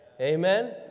Amen